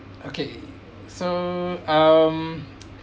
okay so um